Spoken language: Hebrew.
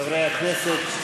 חברי הכנסת.